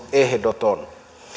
ehdoton